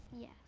Yes